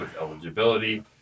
eligibility